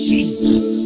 Jesus